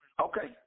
okay